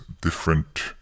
different